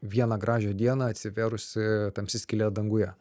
vieną gražią dieną atsivėrusi tamsi skylė danguje